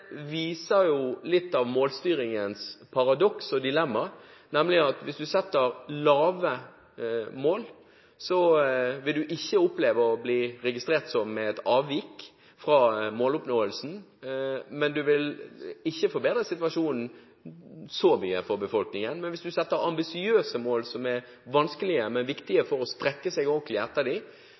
dilemma, nemlig at hvis du setter lave mål, vil du ikke oppleve å bli registrert med et avvik fra måloppnåelsen, men du vil ikke forbedre situasjonen så mye for befolkningen. Men hvis du setter ambisiøse mål, som er vanskelige, men viktige for å strekke seg ordentlig etter